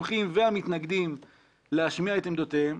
התומכים והמתנגדים להשמיע את עמדותיהם.